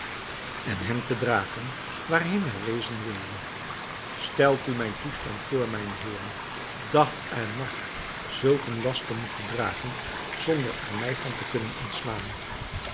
en hem te dragen waarheen hij wezen wilde stelt u mijn toestand voor mijne heeren dag en nacht zulk een last te moeten dragen zonder er mij van te kunnen ontslaan